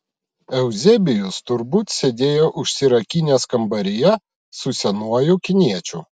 euzebijus turbūt sėdėjo užsirakinęs kambaryje su senuoju kiniečiu